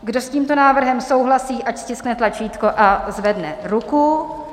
Kdo s tímto návrhem souhlasí, ať stiskne tlačítko a zvedne ruku.